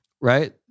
Right